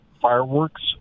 Fireworks